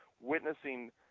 witnessing